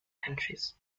countries